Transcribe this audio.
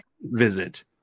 visit